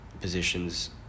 positions